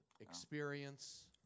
experience